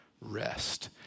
rest